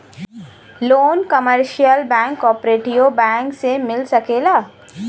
loan commercial bank cooperative bank से मिल सकेला